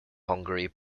hungary